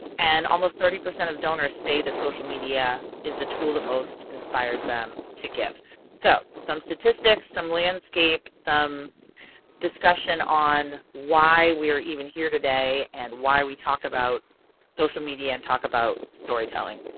and almost thirty percent of donors say that social media is the tool that most inspires them to give. so some statistics, some landscape, some discussion on why we are even here today and why we talk about social media and talk about storytelling.